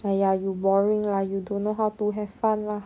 !aiya! you boring lah you don't know how to have fun lah